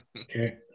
Okay